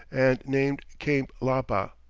and named cape lapa.